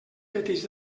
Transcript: petits